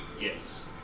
Yes